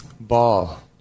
Ball